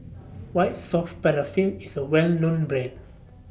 White Soft Paraffin IS A Well known Brand